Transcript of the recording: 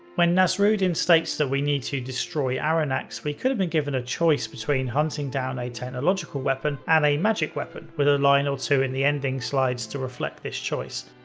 when nasrudin states that we need to destroy arronax, we could have been given a choice between hunting down a technological weapon and a magick weapon with a line or two in the ending slides to reflect this choice.